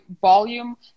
volume